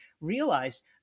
realized